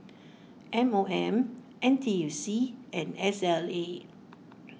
M O M N T U C and S L A